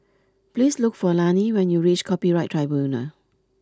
please look for Lani when you reach Copyright Tribunal